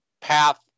Path